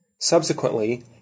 Subsequently